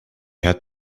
had